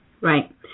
Right